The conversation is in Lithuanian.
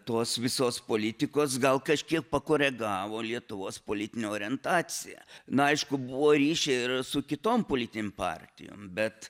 tos visos politikos gal kažkiek pakoregavo lietuvos politinę orientaciją na aišku buvo ryšiai ir su kitom politinėm partijom bet